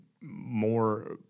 more